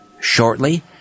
Shortly